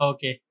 Okay